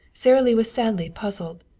sara lee was sadly puzzled.